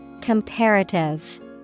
Comparative